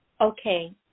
Okay